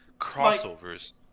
crossovers